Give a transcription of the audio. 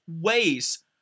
ways